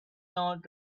not